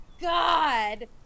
God